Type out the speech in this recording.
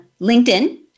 LinkedIn